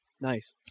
Nice